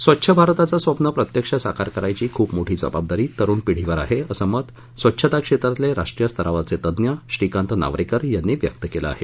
स्वच्छ भारताचं स्वप्न प्रत्यक्ष साकार करायची खूप मोठी जबाबदारी तरुण पिढीवर आहे असं मत स्वच्छता क्षेत्रातले राष्ट्रीय स्तरावरील तज्ञ श्रीकांत नावरेकर यांनी व्यक्त केलं आहे